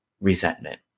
resentment